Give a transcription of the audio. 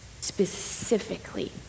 specifically